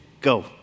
Go